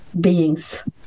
beings